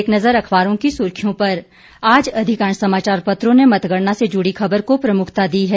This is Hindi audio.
एक नजर अखबारों की सुर्खियों पर आज अधिकांश समाचार पत्रों ने मतगणना से जुड़ी खबर को प्रमुखता दी है